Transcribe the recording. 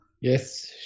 Yes